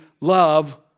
love